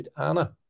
Anna